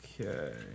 Okay